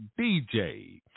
DJ